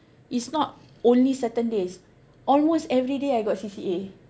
it's not only certain days almost every day I got C_C_A